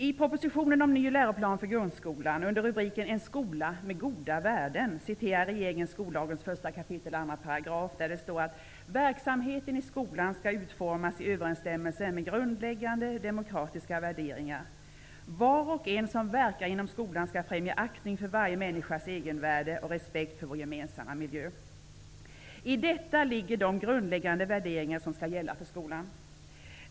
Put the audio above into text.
I propositionen om en ny läroplan för grundskolan under rubriken ''En skola med goda värden'' citerar regeringen 1 kap. 2 § skollagen. Där står det bl.a.: ''Verksamheten i skolan skall utformas i överensstämmelse med grundläggande demokratiska värderingar. Var och en som verkar inom skolan skall främja aktning för varje människas egenvärde och respekt för vår gemensamma miljö.'' I detta ligger de grundläggande värderingar som skall gälla för skolan.